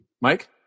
Mike